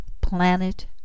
planet